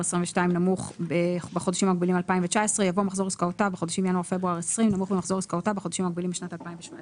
יבוא "מחזור עסקאות בשנת 2021 עולה על 18 אלף שקלים